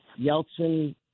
Yeltsin